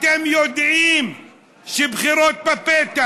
אתם יודעים שבחירות בפתח,